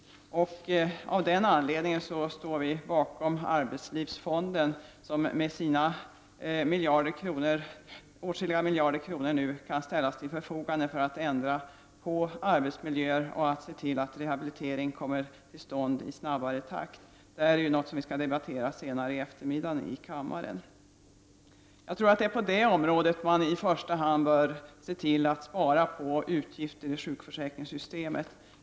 Av den anledningen sluter vi upp bakom arbetslivsfonden, vars åtskilliga miljarder kronor nu kan ställas till förfogande för att ändra på arbetsmiljöer och se till att rehabilitering kommer till stånd i snabbare takt. Detta skall vi debattera senare i eftermiddag här i kammaren. Det är nog på detta område som besparingar i sjukförsäkringssystemet i första hand bör göras.